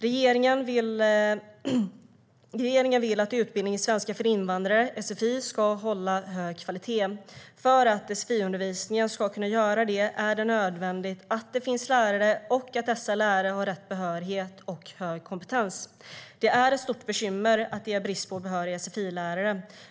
Regeringen vill att utbildning i svenska för invandrare ska hålla hög kvalitet. För att sfi-undervisningen ska kunna göra det är det nödvändigt att det finns lärare, och att dessa lärare har rätt behörighet och hög kompetens. Det är ett stort bekymmer att det är brist på behöriga sfi-lärare.